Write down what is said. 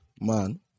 man